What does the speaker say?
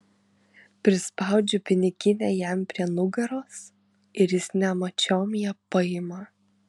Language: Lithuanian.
prispaudžiu piniginę jam prie nugaros ir jis nemačiom ją paima